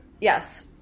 Yes